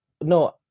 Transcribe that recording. no